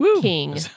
King